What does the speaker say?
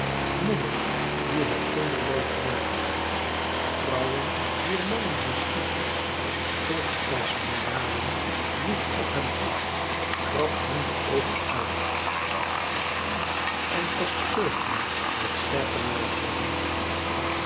moeders die hij kinderloos maakte vrouwen wier mannen hij sloeg stort als menaden woest op hem toe krabt hem de oogen uit en verscheurt hem met scherpe nagelen